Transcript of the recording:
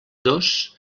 dos